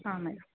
ಹಾಂ ಮೇಡಮ್